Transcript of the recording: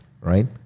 right